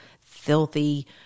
filthy